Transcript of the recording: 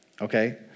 Okay